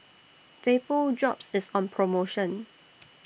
Vapodrops IS on promotion